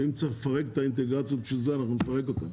ואם צריך לפרק את האינטגרציות בשביל זה אנחנו נפרק אותם.